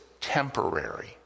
temporary